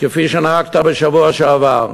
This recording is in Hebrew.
כפי שנהגת בשבוע שעבר.